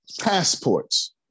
Passports